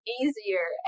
easier